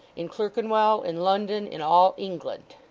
in clerkenwell, in london, in all england.